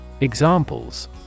Examples